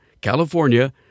California